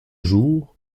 jour